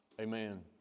amen